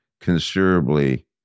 considerably